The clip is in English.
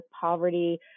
poverty